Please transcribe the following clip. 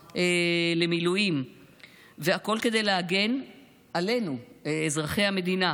בחינות, והכול כדי להגן עלינו, אזרחי המדינה.